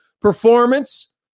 performance